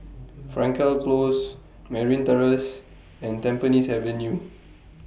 Frankel Close Merryn Terrace and Tampines Avenue